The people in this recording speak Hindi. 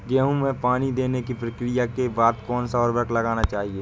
गेहूँ में पानी देने की प्रक्रिया के बाद कौन सा उर्वरक लगाना चाहिए?